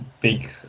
big